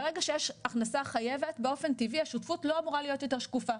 ברגע שיש הכנסה חייבת באופן טבעי השותפות לא אמורה להיות יותר שקופה.